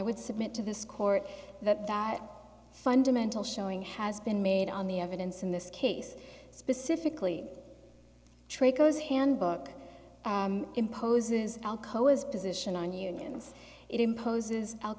would submit to this court that that fundamental showing has been made on the evidence in this case specifically trade goes handbook imposes alcoa's position on unions it imposes al